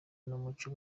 n’umuco